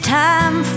time